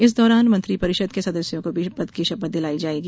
इस दौरान मंत्री परिषद के सदस्यों को भी पद की शपथ दिलाई जाएगी